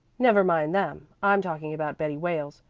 never mind them. i'm talking about betty wales.